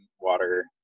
water